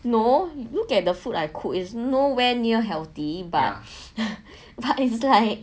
no you look at the food I cook is nowhere near healthy but it's like